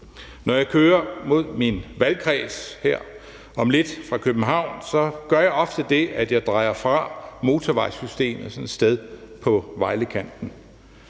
Når jeg kører mod min valgkreds her om lidt fra København, gør jeg ofte det, at drejer fra motorvejssystemet et sted på Vejlekanten.